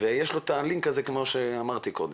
ויש לו את הלינק הזה כפי שאמרתי קודם.